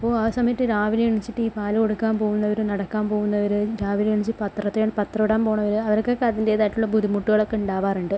അപ്പോൾ ആ സമയത്ത് രാവിലെ എണീച്ചിട്ട് ഈ പാൽ കൊടുക്കാൻ പോകുന്നവര് നടക്കാൻ പോകുന്നവര് രാവിലെ എണീച്ച് പത്രത്തിൽ പത്രം ഇടാൻ പോണവര് അവർക്കൊക്കെ അതിന്റേതായിട്ടുള്ള ബുദ്ധിമുട്ടുകളൊക്കെ ഉണ്ടാവാറുണ്ട്